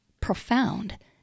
profound